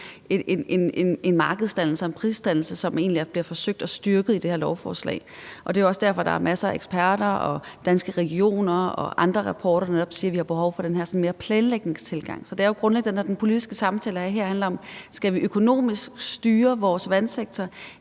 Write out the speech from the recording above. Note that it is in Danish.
en markedsdannelse og en prisdannelse, hvilket man egentlig forsøger at styrke det her lovforslag. Det er jo også derfor, der er masser af eksperter, Danske Regioner og rapporter, der netop siger, at vi har behov for en mere planlægningsmæssig tilgang. Det, den grundlæggende politiske samtale her handler om, er jo: Skal vi styre vores vandsektor